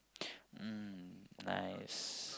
mm nice